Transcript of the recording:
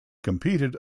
competed